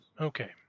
okay